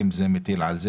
הנושא על סדר